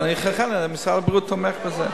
ולכן משרד הבריאות תומך בזה.